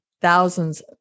thousands